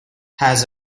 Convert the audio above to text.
has